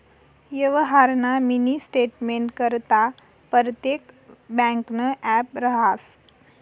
यवहारना मिनी स्टेटमेंटकरता परतेक ब्यांकनं ॲप रहास